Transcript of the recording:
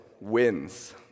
wins